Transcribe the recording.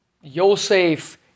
Yosef